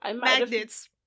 Magnets